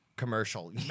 Commercial